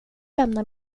lämna